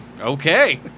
Okay